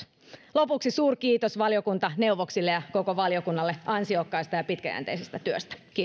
lopuksi suurkiitos valiokuntaneuvoksille ja koko valiokunnalle ansiokkaasta ja pitkäjänteisestä työstä